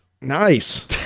Nice